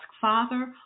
Father